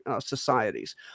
societies